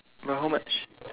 but how much